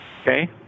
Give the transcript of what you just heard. Okay